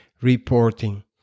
reporting